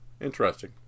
interesting